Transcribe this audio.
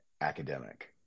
academic